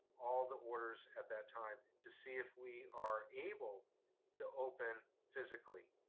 all the orders at that time to see if we are able to open physically,